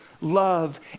love